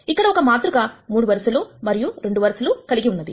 ఇక్కడ ఒక మాతృక 3 వరుసలు మరియు 2 నిలువ వరుసలు కలిగి ఉన్నది